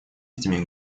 этими